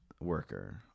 worker